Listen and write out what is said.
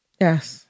Yes